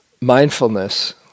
mindfulness